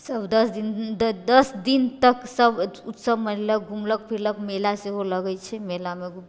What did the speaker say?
सब दश दिन तक सब उत्सव मनेलक सब घूमलक फिरलक मेला सेहो लगैत छै मेलामे